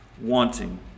wanting